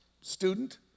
student